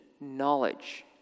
knowledge